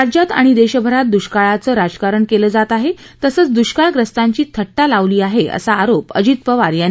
राज्यात आणि देशभरात दुष्काळाचंही राजकारण केलं जात आहे तसंच दुष्काळग्रस्तांची थट्टा लावली आहे असा आरोप अजित पवार यांनी यावेळी केला